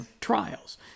trials